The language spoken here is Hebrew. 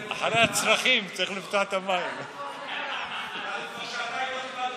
שעתיים נפתלי בנט מוציא הודעה שהוא מקפיא את